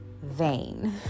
vain